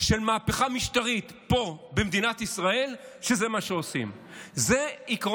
של מהפכה משטרית פה במדינת ישראל שזה מה שעושים בו.